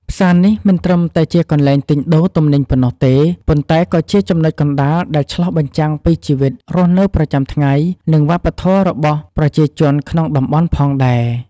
ផ្សារនេះមិនត្រឹមតែជាកន្លែងទិញដូរទំនិញប៉ុណ្ណោះទេ ប៉ុន្តែក៏ជាចំណុចកណ្ដាលដែលឆ្លុះបញ្ចាំងពីជីវិតរស់នៅប្រចាំថ្ងៃ និងវប្បធម៌របស់ប្រជាជនក្នុងតំបន់ផងដែរ។